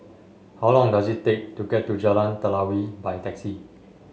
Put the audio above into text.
how long does it take to get to Jalan Telawi by taxi